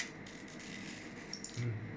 mm